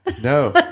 No